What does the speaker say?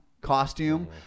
costume